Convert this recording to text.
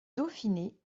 dauphiné